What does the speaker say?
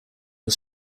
was